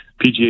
PGA